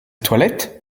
toilette